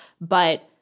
But-